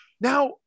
Now